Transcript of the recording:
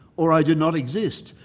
or i do not exist,